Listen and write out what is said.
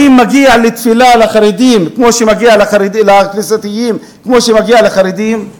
האם מגיעה תפילה לכנסייתיים כמו שמגיע לחרדים?